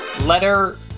letter